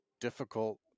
difficult